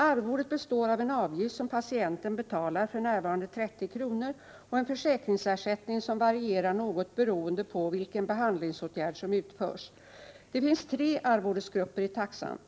Arvodet består av en avgift som patienten betalar, för närvarande 30 kr., och en försäkringsersättning som varierar något beroende på vilken behandlingsåtgärd som utförs. Det finns tre arvodesgrupper i taxan.